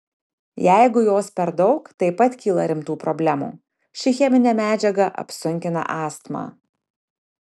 jeigu jos per daug taip pat kyla rimtų problemų ši cheminė medžiaga apsunkina astmą